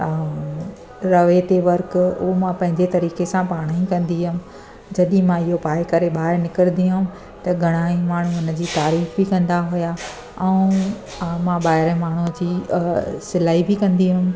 रवेती work उहा मां पंहिंजे तरीक़े सां पाण ई कंदी हुअमि जॾहिं मां इहो पाए करे ॿाहिरि निकिरंदी हुअमि त घणेई माण्हू उनजी तारीफ़ ई कंदा हुआ ऐं मां ॿाहिरि जे माण्हूअ जी सिलाई बि कंदी हुअमि